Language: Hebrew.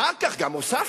אחר כך גם הוספנו,